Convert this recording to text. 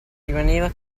rimaneva